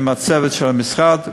עם הצוות של המשרד,